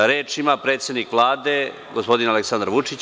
Reč ima predsednik Vlade, gospodin Aleksandar Vučić.